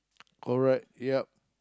correct ya